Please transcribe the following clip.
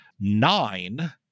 nine